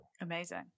Amazing